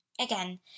Again